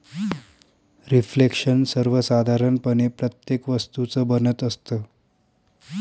reflection सर्वसाधारणपणे प्रत्येक वस्तूचं बनत असतं